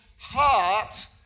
heart